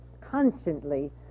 constantly